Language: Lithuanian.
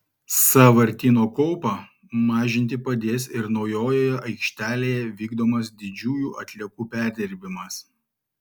sąvartyno kaupą mažinti padės ir naujojoje aikštelėje vykdomas didžiųjų atliekų perdirbimas